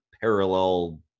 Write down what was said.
parallel